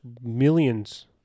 millions